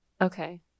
Okay